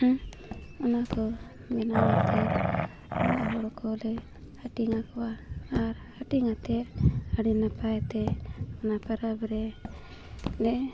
ᱦᱮᱸ ᱚᱱᱟ ᱠᱚ ᱵᱮᱱᱟᱣ ᱟᱛᱮᱫ ᱚᱲᱟᱜ ᱦᱚᱲ ᱠᱚᱞᱮ ᱦᱟᱹᱴᱤᱧ ᱟᱠᱚᱣᱟ ᱟᱨ ᱦᱟᱹᱴᱤᱧ ᱟᱛᱮᱫ ᱟᱹᱰᱤ ᱱᱟᱯᱟᱭ ᱛᱮ ᱚᱱᱟ ᱯᱟᱨᱟᱵᱽ ᱨᱮ ᱞᱮ